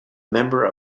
member